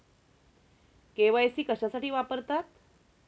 KYC कशासाठी वापरतात?